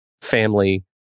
family